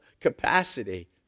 capacity